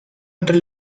entre